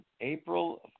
April